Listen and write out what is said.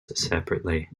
separately